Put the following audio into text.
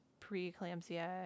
preeclampsia